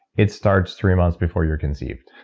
it starts three months before you're conceived.